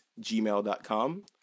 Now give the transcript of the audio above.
gmail.com